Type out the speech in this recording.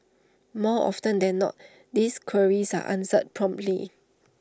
more often than not these queries are answered promptly